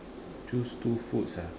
choose two foods ah